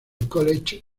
college